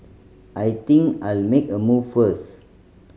I think I'll make a move first